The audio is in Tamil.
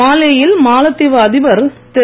மாலே யில் மாலத்தீவு அதிபர் திரு